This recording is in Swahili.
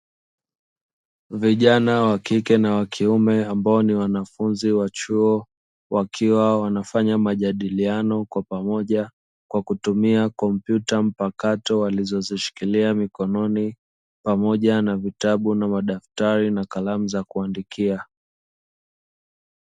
Vijana wa kike na wa kiume ambao ni wanafunzi wa chuo, wakiwa wanafanya majadiliano kwa pamoja kwa kutumia kompyuta mpakato walizoshikilia mikononi, pamoja na vitabu na madaftari na kalamu za kuandikia.